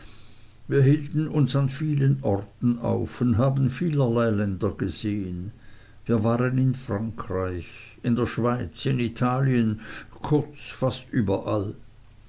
wir hielten uns an vielen orten auf und haben vielerlei länder gesehen wir waren in frankreich in der schweiz in italien kurz fast überall